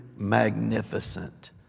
magnificent